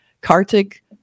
Kartik